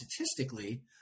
statistically